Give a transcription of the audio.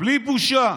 בלי בושה.